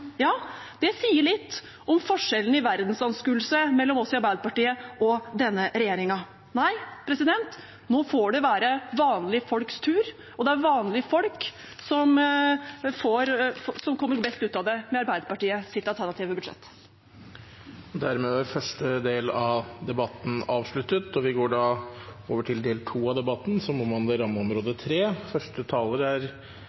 Det sier litt om forskjellene i verdensanskuelse mellom oss i Arbeiderpartiet og denne regjeringen. Nei, nå får det være vanlige folks tur, og det er vanlige folk som kommer best ut av det med Arbeiderpartiets alternative budsjett. Dermed er første del av debatten avsluttet. Vi går da over til andre del av debatten, som omhandler rammeområde 3. For kulturen, frivilligheten og idretten har 2020 vært et spesielt år. Aktørene innenfor kulturlivet er